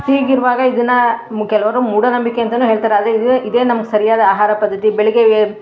ಹೀಗಿರುವಾಗ ಇದನ್ನು ಕೆಲವರು ಮೂಢನಂಬಿಕೆ ಅಂತಲೂ ಹೇಳ್ತಾರೆ ಆದರೆ ಇದೆ ಇದೇ ನಮ್ಗೆ ಸರಿಯಾದ ಆಹಾರ ಪದ್ಧತಿ ಬೆಳಗ್ಗೆ ಎ